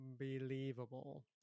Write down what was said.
unbelievable